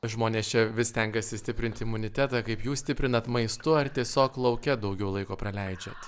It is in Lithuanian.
žmonės čia vis stengiasi stiprint imunitetą kaip jūs stiprinat maistu ar tiesiog lauke daugiau laiko praleidžiat